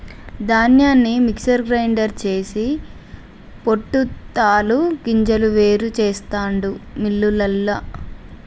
ధాన్యాన్ని mixer grinder చేసి పొట్టు తాలు గింజలు వేరు చెస్తాండు మిల్లులల్ల